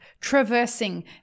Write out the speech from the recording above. traversing